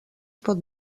pot